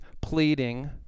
pleading